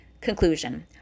Conclusion